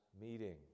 meeting